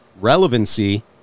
relevancy